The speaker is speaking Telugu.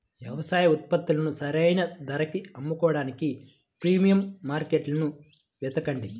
వ్యవసాయ ఉత్పత్తులను సరైన ధరకి అమ్ముకోడానికి ప్రీమియం మార్కెట్లను వెతకండి